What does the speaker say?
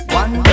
one